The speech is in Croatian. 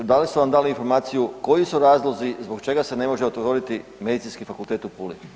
Da li su vam dali informaciju koji su razlozi, zbog čega se ne može otvoriti Medicinski fakultet u Puli?